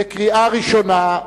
בקריאה ראשונה.